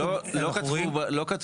פתאום אנחנו רואים --- לא כתבו.